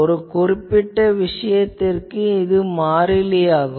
ஒரு குறிப்பிட்ட விசயத்திற்கு இது மாறிலியாகும்